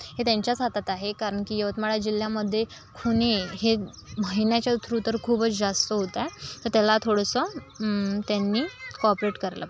हे त्यांच्याच हातात आहे कारण की यवतमाळ जिल्ह्यामध्ये खून हे महिन्याच्या थ्रू तर खूपच जास्त होतात त्याला थोडंसं त्यांनी कॉपरेट करायला पाहिजे